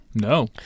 No